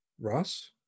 Ross